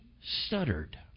stuttered